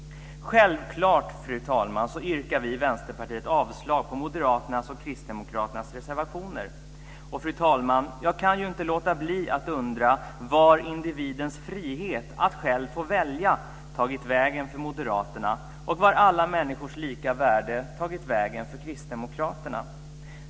Självklart, fru talman, yrkar vi i Vänsterpartiet avslag på Moderaternas och Kristdemokraternas reservationer. Fru talman! Jag kan inte låta bli att undra vart tanken om individens frihet att själv få välja tagit vägen för moderaterna, och vart tanken om alla människors lika värde tagit vägen för kristdemokraterna.